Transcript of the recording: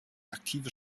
aktive